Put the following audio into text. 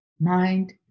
mind